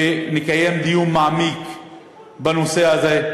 ונקיים דיון מעמיק בנושא הזה.